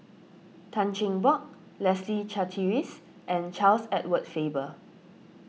Tan Cheng Bock Leslie Charteris and Charles Edward Faber